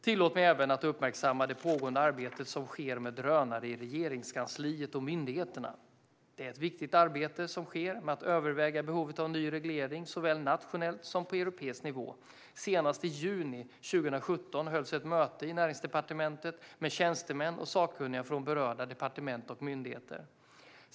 Tillåt mig även att uppmärksamma det pågående arbete som sker med drönare i Regeringskansliet och myndigheterna. Det är ett viktigt arbete som sker med att överväga behovet av ny reglering såväl nationellt som på europeisk nivå. Senast i juni 2017 hölls ett möte i Näringsdepartementet med tjänstemän och sakkunniga från berörda departement och myndigheter.